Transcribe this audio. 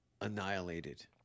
annihilated